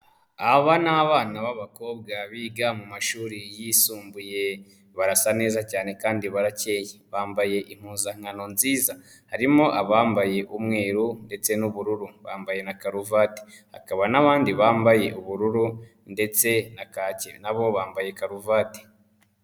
Aba ni abana b'abakobwa biga mu mashuri yisumbuye barasa neza cyane kandi barakeye bambaye impuzankano nziza harimo abambaye umweru ndetse n'ubururu, bambaye na karuvatikaba n'abandi bambaye ubururu ndetse na nabo bambaye karuvati.